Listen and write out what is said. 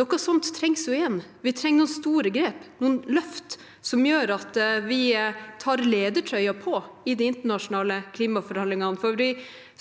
Noe sånt trengs igjen. Vi trenger noen store grep, noen løft, som gjør at vi tar ledertrøyen på i de internasjonale klimaforhandlingene, for vi